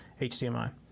HDMI